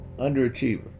underachiever